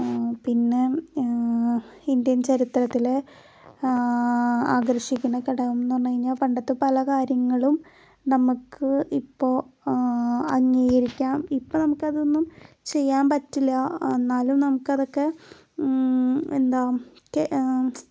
പിന്നെ ഇന്ത്യൻ ചരിത്രത്തിലെ ആകർഷിക്കുന്ന ഘടകംന്ന് പറഞ്ഞ് കഴിഞ്ഞാൽ പണ്ടത്തെ പല കാര്യങ്ങളും നമുക്ക് ഇപ്പോൾ അങ്ങീകരിക്കാം ഇപ്പോൾ നമുക്കതൊന്നും ചെയ്യാമ്പറ്റില്ല എന്നാലും നമുക്കതക്കെ എന്താ കെ